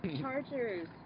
Chargers